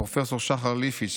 פרופ' שחר ליפשיץ,